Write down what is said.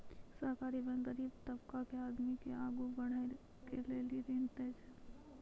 सहकारी बैंक गरीब तबका के आदमी के आगू बढ़ै के लेली ऋण देय छै